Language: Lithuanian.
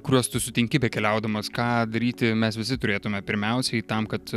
kuriuos tu sutinki bekeliaudamas ką daryti mes visi turėtume pirmiausiai tam kad